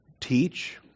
teach